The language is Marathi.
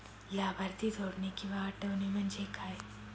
लाभार्थी जोडणे किंवा हटवणे, म्हणजे काय?